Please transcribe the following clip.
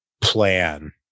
plan